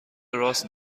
راست